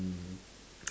um